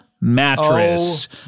Mattress